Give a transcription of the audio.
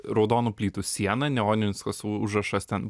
raudonų plytų siena neoninius kas užrašas ten